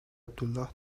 عبدالله